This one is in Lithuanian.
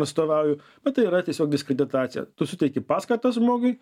atstovauju bet tai yra tiesiog diskreditacija tu suteiki paskatas žmogui